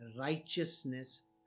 righteousness